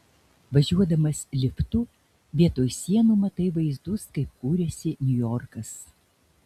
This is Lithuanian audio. važiuodamas liftu vietoj sienų matai vaizdus kaip kūrėsi niujorkas